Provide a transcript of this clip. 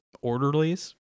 orderlies